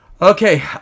Okay